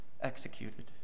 executed